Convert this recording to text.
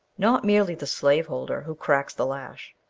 not merely the slaveholder who cracks the lash.